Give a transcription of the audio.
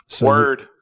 Word